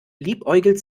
liebäugelt